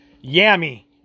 Yummy